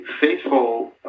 faithful